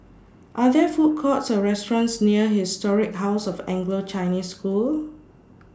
Are There Food Courts Or restaurants near Historic House of Anglo Chinese School